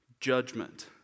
judgment